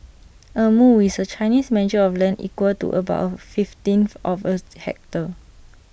A mu is A Chinese measure of land equal to about A fifteenth of A hectare